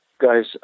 guys